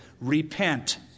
repent